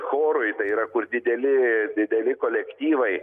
chorui tai yra kur dideli dideli kolektyvai